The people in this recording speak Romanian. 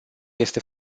este